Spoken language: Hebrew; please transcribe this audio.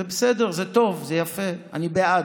זה בסדר, זה טוב, זה יפה, אני בעד.